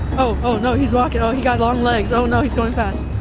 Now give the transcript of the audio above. oh, oh, no, he's walking. oh, he got long legs. oh no, he's going fast.